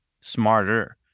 smarter